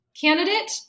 candidate